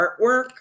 artwork